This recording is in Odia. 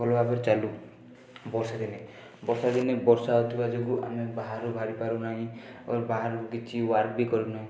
ଭଲଭାବରେ ଚାଲୁ ବର୍ଷାଦିନେ ବର୍ଷାଦିନେ ବର୍ଷା ହେଉଥିବା ଯୋଗୁଁ ଆମେ ବାହାରୁ ବାହାରି ପାରୁନାଇଁ ଅର ବାହାରକୁ କିଛି ୱାର୍କ ବି କରୁନେ